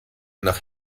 nach